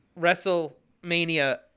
Wrestlemania